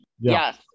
Yes